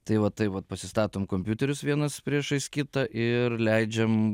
tai va tai vat pasistatom kompiuterius vienas priešais kitą ir leidžiam